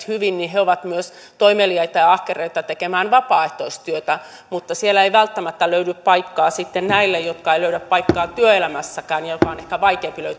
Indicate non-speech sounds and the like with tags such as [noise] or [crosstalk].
[unintelligible] hyvin ovat myös toimeliaita ja ahkeria tekemään vapaaehtoistyötä mutta siellä ei välttämättä löydy paikkaa sitten näille jotka eivät löydä paikkaa työelämässäkään ja joiden on ehkä vaikeampikin [unintelligible]